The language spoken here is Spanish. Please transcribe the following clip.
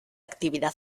actividad